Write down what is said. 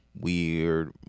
weird